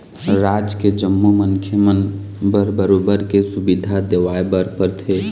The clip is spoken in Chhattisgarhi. राज के जम्मो मनखे मन बर बरोबर के सुबिधा देवाय बर परथे